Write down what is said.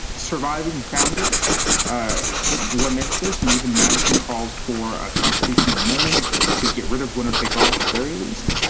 surviving founders ah lament this, and even madison even calls for a constitutional amendment to get rid of winner take all at the very least.